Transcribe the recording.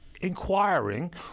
inquiring